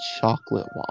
chocolate